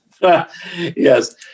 Yes